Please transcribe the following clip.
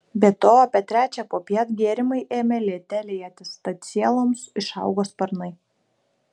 be to apie trečią popiet gėrimai ėmė liete lietis tad sieloms išaugo sparnai